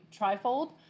trifold